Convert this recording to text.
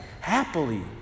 happily